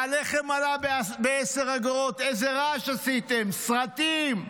הלחם עלה ב-10 אגורות, איזה רעש עשיתם, סרטים,